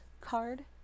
card